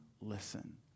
listen